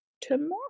tomorrow